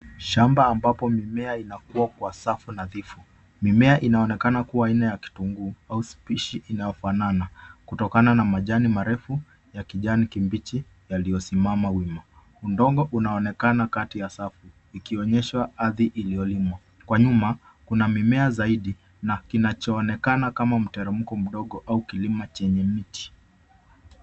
Shamba ambapo mimea inakua kwa safu nadhifu. Mimea inaonekana kuwa aina ya kitunguu au specie inayofanana, kutokana na majani marefu ya kijani kibichi, yaliyosimama wima. Udongo unaonekana kati ya safu, ikionyesha ardhi iliyolimwa. Kwa nyuma, kuna mimea zaidi na kinachoonekana kama mteremko mdogo au kilima chenye miti.